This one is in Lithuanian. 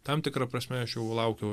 tam tikra prasme aš jau laukiau